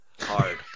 hard